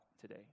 today